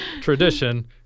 tradition